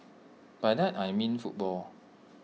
by that I mean football